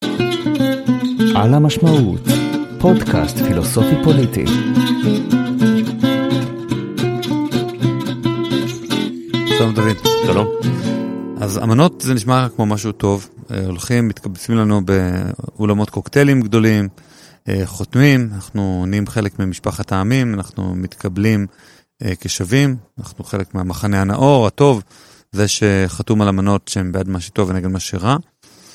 ‫על המשמעות, פודקאסט פילוסופי פוליטי. ‫שלום, דוד. ‫-שלום. ‫אז אמנות, זה נשמע כמו משהו טוב, ‫הולכים, מתקבצים לנו ‫באולמות קוקטלים גדולים, חותמים, ‫אנחנו נהיים חלק ממשפחת העמים, ‫אנחנו מתקבלים כשווים, ‫אנחנו חלק מהמחנה הנאור, ‫הטוב זה שחתום על אמנות ‫שהן בעד מה שטוב ונגד מה שרע.